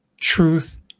truth